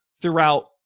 throughout